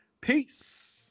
peace